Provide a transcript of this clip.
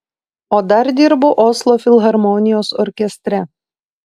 o dar dirbu oslo filharmonijos orkestre